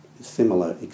similar